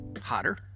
hotter